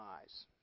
eyes